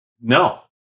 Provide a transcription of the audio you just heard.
No